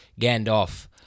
Gandalf